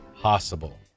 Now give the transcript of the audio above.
possible